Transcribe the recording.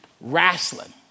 wrestling